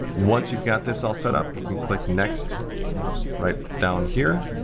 once you've got this all set up, you can click next right down here,